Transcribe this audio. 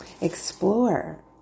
explore